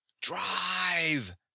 drive